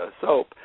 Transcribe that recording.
soap